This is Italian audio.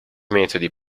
metodi